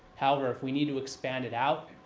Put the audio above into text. however, if we need to expand it out,